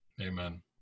Amen